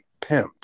pimped